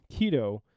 keto